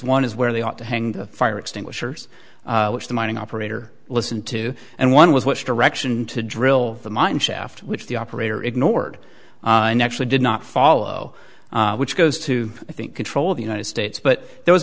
is where they ought to hang fire extinguishers which the mining operator listened to and one was which direction to drill the mine shaft which the operator ignored and actually did not follow which goes to i think control of the united states but there was